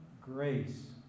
grace